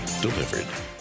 delivered